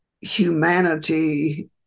humanity